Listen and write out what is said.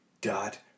Dot-